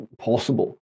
possible